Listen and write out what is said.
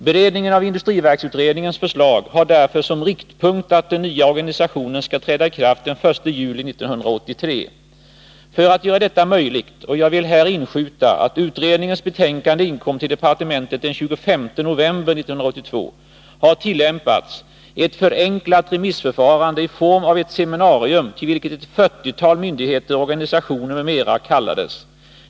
Beredningen av industriverksutredningens förslag har därför som riktpunkt att den nya organisationen skall träda i kraft den 1 juli 1983. För att göra detta möjligt — och jag vill här inskjuta att utredningens betänkande inkom till departementet den 25 november 1982 — har tillämpats ett förenklat remissförfarande i form av ett seminarium till vilket ett fyrtiotal myndigheter och organisationer m.m. kallades.